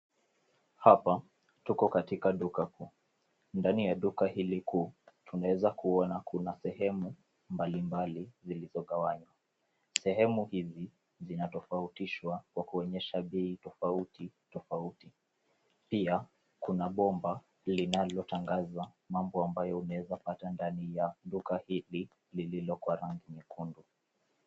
Hapa, tuko katika duka kuu. Ndani ya duka hili kuu, tunaweza kuona kuna sehemu mbalimbali, zilizogawanywa. Sehemu hizi, zinatofautishwa, kwa kuonyesha bei tofauti tofauti. Pia, kuna bomba, linalotangaza, mambo ambayo unaweza pata ndani ya duka hili, lililokuwa rangi nyekundu.